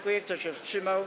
Kto się wstrzymał?